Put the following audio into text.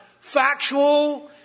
factual